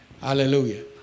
Hallelujah